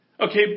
okay